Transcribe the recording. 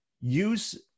use